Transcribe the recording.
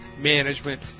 management